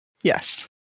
Yes